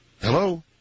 Hello